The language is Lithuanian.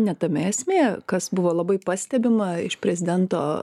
ne tame esmė kas buvo labai pastebima iš prezidento